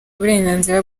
uburenganzira